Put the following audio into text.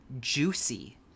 juicy